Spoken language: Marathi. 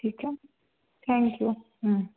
ठीक आहे थँक्यू